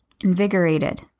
invigorated